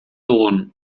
dugun